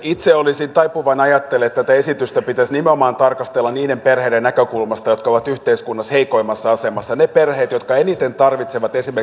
itse olisin taipuvainen ajattelemaan että tätä esitystä pitäisi tarkastella nimenomaan niiden perheiden näkökulmasta jotka ovat yhteiskunnassa heikoimmassa asemassa ja niiden perheiden jotka eniten tarvitsevat esimerkiksi sitä kokopäiväistä varhaiskasvatusta